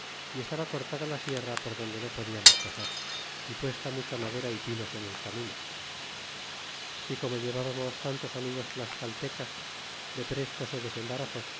y estaba cortada la sierra por donde no podiamos pasar y puesta mucha madera y pinos en el camino y como llevábamos tantos amigos tlascaltecas de presto se desembarazó